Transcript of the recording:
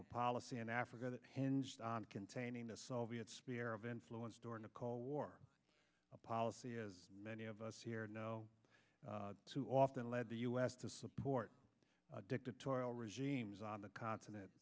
a policy in africa that hinged on containing the soviet sphere of influence during the cold war a policy as many of us here know too often led the u s to support a dictatorial regimes on the continent